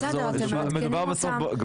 בסדר, אתם מעדכנים אותם --- סליחה,